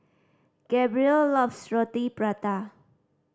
Gabriel loves Roti Prata